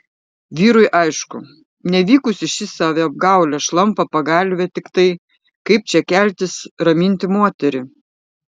vyrui aišku nevykusi ši saviapgaulė šlampa pagalvė tiktai kaip čia keltis raminti moterį